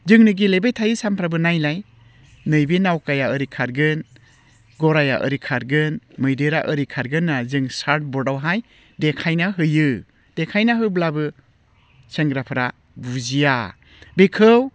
जोंनो गेलेबाय थायो सामफ्रामबो नायलाय नैबे नावखाया ओरै खारगोन गराइया ओरै खारगोन मैदेरा ओरै खारगोन होनना जों चार्थ बर्डआवहाय देखायना होयो देखायना होब्लाबो सेंग्राफ्रा बुजिया बेखौ